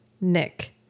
Nick